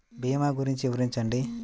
భీమా గురించి వివరించండి?